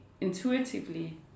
intuitively